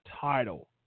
title